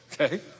Okay